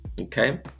Okay